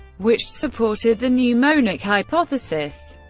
which supported the pneumonic hypothesis.